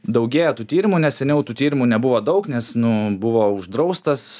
daugėja tų tyrimų nes seniau tų tyrimų nebuvo daug nes nu buvo uždraustas